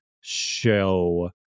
show